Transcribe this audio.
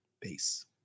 peace